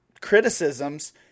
criticisms –